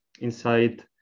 Inside